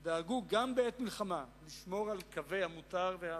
דאגו, גם בעת מלחמה, לשמור על קווי המותר והאסור.